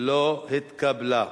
לא התקבלה.